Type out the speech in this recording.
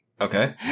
Okay